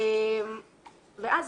ואז,